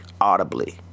audibly